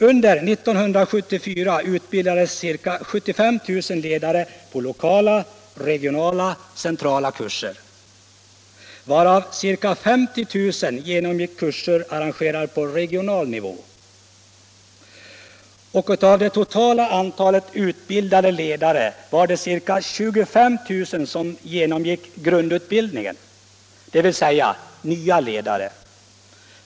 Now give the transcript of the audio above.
Under 1974 utbildades ca 75 000 ledare på lokala, regionala och centrala kurser, varav ca 50 000 genomgick kurser arrangerade på regional nivå. Av det totala antalet utbildade ledare var det ca 25 000 som genomgick grundutbildningen, dvs. nya ledare.